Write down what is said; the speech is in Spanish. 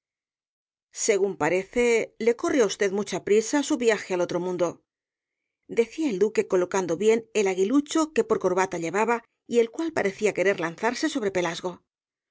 según parece le corre á usted mucha prisa su viaje al otro mundodecía el duque colocando bien el aguilucho que por corbata llevaba y el cual parecía querer lanzarse sobre pelasgo